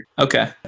Okay